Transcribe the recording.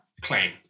claim